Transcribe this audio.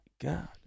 god